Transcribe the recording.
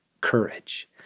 courage